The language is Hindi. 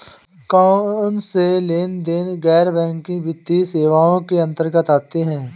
कौनसे लेनदेन गैर बैंकिंग वित्तीय सेवाओं के अंतर्गत आते हैं?